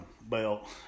belt